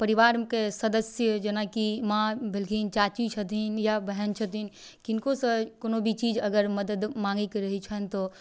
परिवारके सदस्य जेनाकि माँ भेलखिन चाची छथिन या बहिन छथिन किनकोसँ कोनो भी चीज अगर मदति माँगैके रहै छथिन तऽ